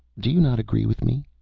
do you not agree with me?